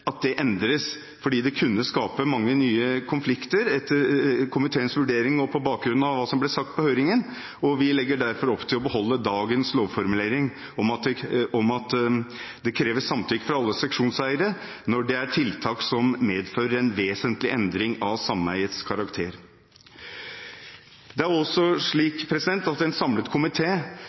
endres, fordi det etter komiteens vurdering og på bakgrunn av hva som ble sagt under høringen, kunne skape mange nye konflikter. Vi legger derfor opp til å beholde dagens lovformulering om at det kreves samtykke fra alle seksjonseiere når det er tiltak som medfører en vesentlig endring av sameiets karakter. Det er også slik at en samlet